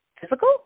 physical